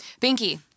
Binky